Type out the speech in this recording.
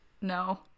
No